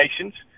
nations